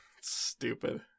Stupid